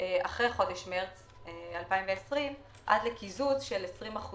אחרי חודש מרץ 2020 עד לקיזוז של 20%